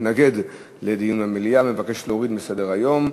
מתנגד לדיון במליאה ומבקש להוריד מסדר-היום.